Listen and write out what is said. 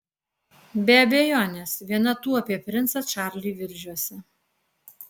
be abejonės viena tų apie princą čarlį viržiuose